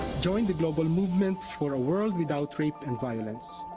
join the global movement for a world without rape and violence.